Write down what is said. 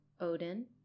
Odin